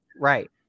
Right